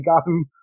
Gotham